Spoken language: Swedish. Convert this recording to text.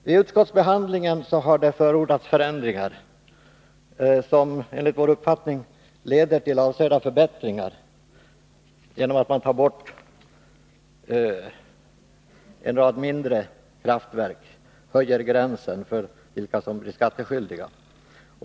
Vid utskottsbehandlingen har man förordat förändringar, som enligt vår uppfattning leder till avsevärda förbättringar. Bl. a. har förordats att man i beskattningshänseende skall bortse från en rad mindre kraftverk och att man skall höja gränsen för skattskyldighet.